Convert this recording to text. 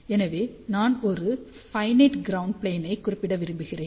எனவே நான் ஒரு ஃபினிட் க்ரௌண்ட் ப்ளேன் ஐக் குறிப்பிட விரும்புகிறேன்